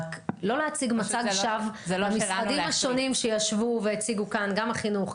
רק לא להציג מצג שווא למשרדים השונים שישבו והציגו כאן גם החינוך,